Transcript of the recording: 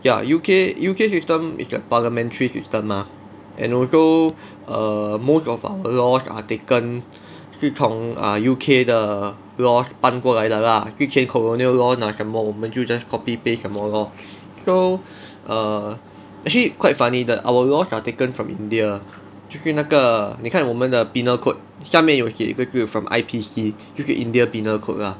ya U_K U_K system is the parliamentary system mah and also err most of our laws are taken 是从 err U_K 的 laws 搬过来的 lah 以前 colonial law 讲什么我们就 just copy paste 什么 lor so err actually quite funny the our laws are taken from india 就是那个你看我们的 penal code 下面有写一个字 from I_P_C 就是 india penal code lah